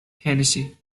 tennessee